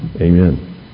Amen